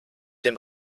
dem